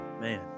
Man